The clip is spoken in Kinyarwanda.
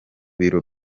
biro